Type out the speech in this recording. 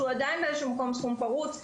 שהוא עדיין באיזשהו מקום תחום פרוץ.